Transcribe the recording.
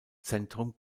zentrum